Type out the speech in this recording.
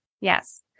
Yes